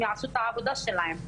שיעשו את העבודה שלהם,